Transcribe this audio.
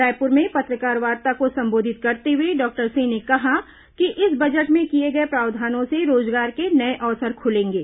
रायपुर में पत्रकारवार्ता को संबोधित करते हुए डॉक्टर सिंह ने कहा कि इस बजट में किए गए प्रावधानों से रोजगार के नये अवसर खुलेंगे